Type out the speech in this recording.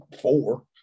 four